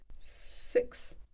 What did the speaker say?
Six